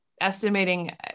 estimating